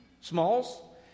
Smalls